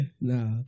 No